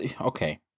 okay